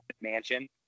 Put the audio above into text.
mansion